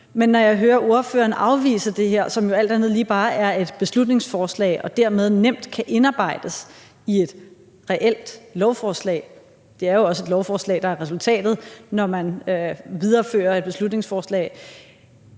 Men når jeg hører ordføreren afvise det her, som jo alt andet lige bare er et beslutningsforslag, som dermed nemt kan indarbejdes i et reelt lovforslag – det er jo også et lovforslag, der er resultatet, når man viderefører et beslutningsforslag